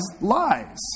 lies